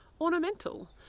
ornamental